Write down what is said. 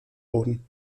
wurden